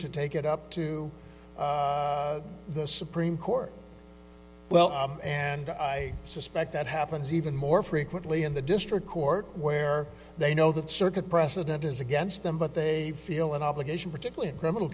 to take it up to the supreme court well and i suspect that happens even more frequently in the district court where they know that circuit precedent is against them but they feel an obligation particularly criminal